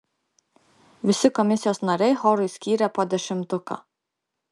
visi komisijos nariai chorui skyrė po dešimtuką